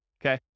okay